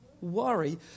worry